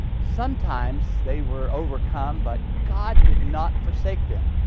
sometimes they were overcome, but god did not forsake them.